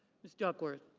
ms. duckworth.